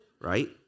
right